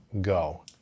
go